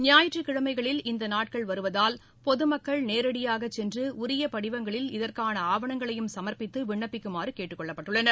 ஞாயிற்றுக் கிழமைகளில் இந்த நாட்கள் வருவதால் பொதுமக்கள் நேரடியாகச் சென்று உரிய படிவங்களில் இதற்கான ஆவணங்களையும் சமர்ப்பித்து விண்ணப்பிக்குமாறு கேட்டுக் கொள்ளப்பட்டுள்ளது